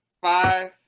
five